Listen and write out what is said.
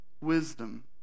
wisdom